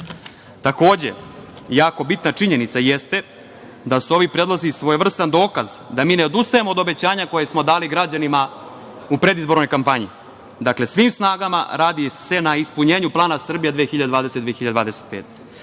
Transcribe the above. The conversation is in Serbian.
Zemunu. Jako bitna činjenica jeste da su ovi predlozi i svojevrsan dokaz da mi ne odustajemo od obećanja koje smo dali građanima u predizbornoj kampanji. Dakle, svim snagama radi se na ispunjenju Plana „Srbija 2025“.